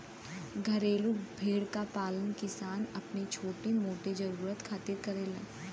घरेलू भेड़ क पालन किसान अपनी छोटा मोटा जरुरत खातिर करेलन